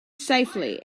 safely